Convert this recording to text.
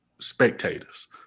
spectators